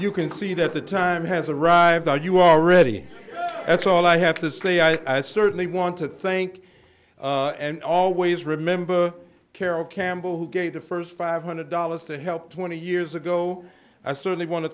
you can see that the time has arrived are you already that's all i have to say i certainly want to thank and always remember carroll campbell who gave the first five hundred dollars to help twenty years ago i certainly want to